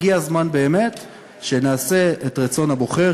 הגיע הזמן באמת שנעשה את רצון הבוחר.